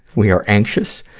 we are anxious,